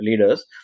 leaders